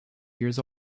years